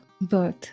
birth